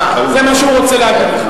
זה מה שהוא רוצה להגיד לך,